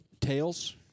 Tails